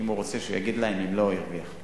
אם הוא רוצה, שיגיד להם, אם לא, הוא הרוויח.